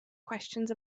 questions